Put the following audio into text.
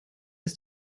ist